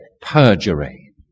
perjury